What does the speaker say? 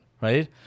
right